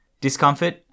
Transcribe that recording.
discomfort